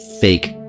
fake